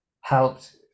helped